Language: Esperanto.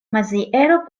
maziero